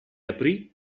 aprì